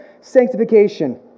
sanctification